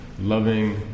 loving